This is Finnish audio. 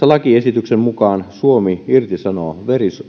lakiesityksen mukaan suomi irtisanoo